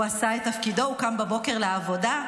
הוא עשה את תפקידו, הוא קם בבוקר לעבודה.